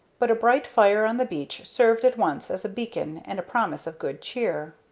but a bright fire on the beach served at once as a beacon and a promise of good cheer.